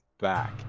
back